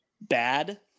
bad